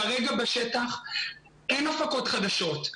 כרגע בשטח אין הפקות חדשות.